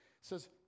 says